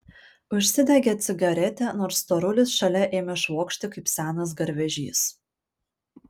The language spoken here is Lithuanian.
užsidegė cigaretę nors storulis šalia ėmė švokšti kaip senas garvežys